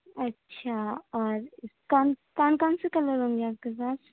اچھا اور کون کون سے کلر ہوں گے آپ کے پاس